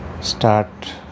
start